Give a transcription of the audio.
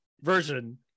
version